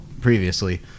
previously